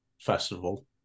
Festival